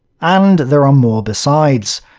and there are more besides,